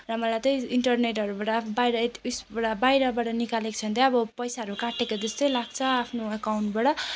र मलाई तै इन्टरनेटहरूबाट बाहिर यता उसबाट बाहिरबाट निकालेको छ भने तै अब पैसाहरू काटेको जस्तै लाग्छ आफ्नो एकाउन्टबाट